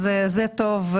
אז זה טוב,